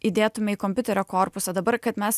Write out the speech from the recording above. įdėtume į kompiuterio korpusą dabar kad mes